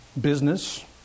business